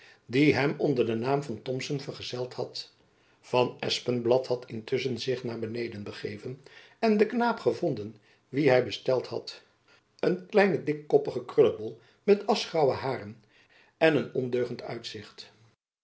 die hem onder den naam van thomson vergezeld had van espenblad had intusschen zich naar beneden begeven en den knaap gevonden wien hy besteld had een kleinen dikkoppigen krullebol met aschgraauwe hairen en een ondeugend uitzicht